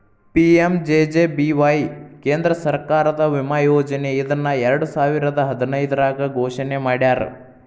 PMJJBY ಕೇಂದ್ರ ಸರ್ಕಾರದ ವಿಮಾ ಯೋಜನೆ ಇದನ್ನ ಎರಡುಸಾವಿರದ್ ಹದಿನೈದ್ರಾಗ್ ಘೋಷಣೆ ಮಾಡ್ಯಾರ